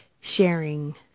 sharing